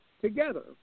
together